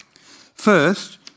First